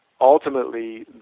ultimately